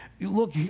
Look